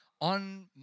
On